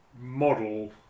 model